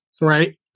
right